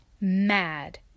mad